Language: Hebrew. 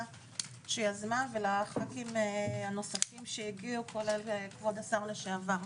שיזמה ולחכ"ים הנוספים שהגיעו כולל כבוד השר לשעבר.